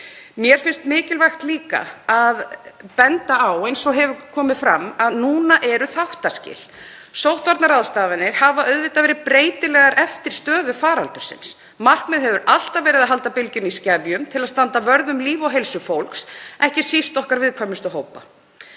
Mér finnst líka mikilvægt að benda á, eins og hefur komið fram, að nú eru þáttaskil. Sóttvarnaráðstafanir hafa auðvitað verið breytilegar eftir stöðu faraldursins. Markmiðið hefur alltaf verið að halda bylgjunni í skefjum til að standa vörð um líf og heilsu fólks, ekki síst okkar viðkvæmustu hópa